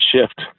shift